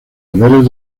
deberes